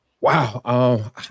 Wow